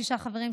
שישה חברים,